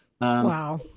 Wow